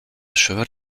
cheval